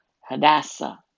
Hadassah